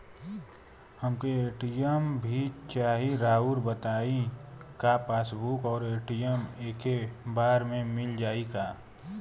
हमके ए.टी.एम भी चाही राउर बताई का पासबुक और ए.टी.एम एके बार में मील जाई का?